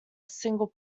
single